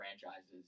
franchises